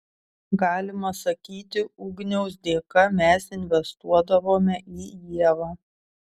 galima sakyti ugniaus dėka mes investuodavome į ievą